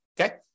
Okay